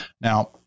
Now